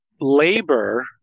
labor